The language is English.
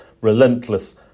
relentless